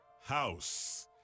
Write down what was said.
House